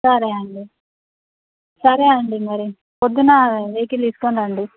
సరే అండి సరే అండి మరి పొద్దున్న వెహికిల్ తీసుకుని రండి